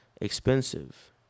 expensive